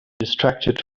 distracted